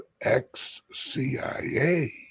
ex-CIA